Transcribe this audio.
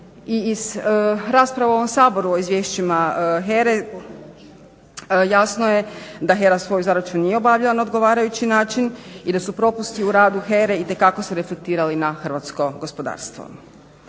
Iz rasprava u ovom Saboru o izvješćima HERA-e jasno je da HERA nije svoju zadaću nije obavljala na odgovarajući način i da su propusti u radu HERA-e itekako se reflektirali na hrvatsko gospodarstvo.